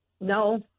No